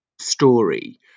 story